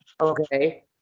Okay